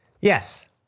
Yes